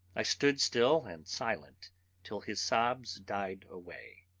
i stood still and silent till his sobs died away,